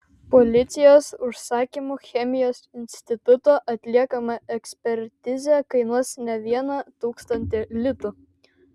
policijos užsakymu chemijos instituto atliekama ekspertizė kainuos ne vieną tūkstantį litų